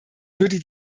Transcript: würde